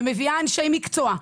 מביאה אנשי מקצוע,